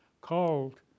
called